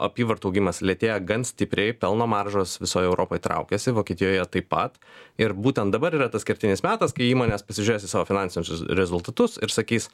apyvartų augimas lėtėja gan stipriai pelno maržos visoje europoje traukiasi vokietijoje taip pat ir būtent dabar yra tas kertinis metas kai įmonės pasižiūrėjusios į savo finansinius re rezultatus ir sakys